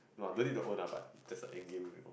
no lah no need to own lah but just an end game only